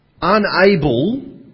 unable